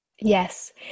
yes